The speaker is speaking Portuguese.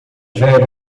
velho